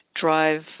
drive